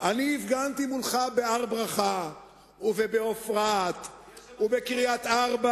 אני הפגנתי מולך בהר-ברכה ובעופרה ובקריית-ארבע.